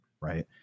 right